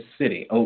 city